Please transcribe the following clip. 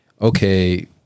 okay